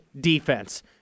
defense